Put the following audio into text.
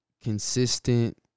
consistent